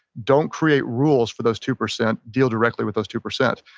don't create rules for those two percent. deal directly with those two percent.